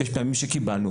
והיו פעמים שבהן קיבלנו,